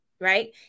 Right